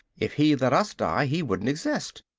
if he let us die he wouldn't exist!